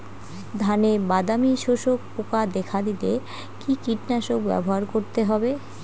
ধানে বাদামি শোষক পোকা দেখা দিলে কি কীটনাশক ব্যবহার করতে হবে?